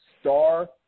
star